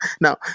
Now